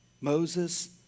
Moses